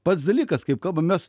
pats dalykas kaip kalba mes